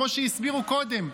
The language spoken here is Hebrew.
כמו שהסבירו קודם,